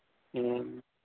ह्म्म